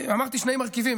אמרתי שני מרכיבים,